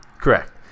Correct